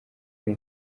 kuri